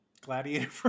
gladiator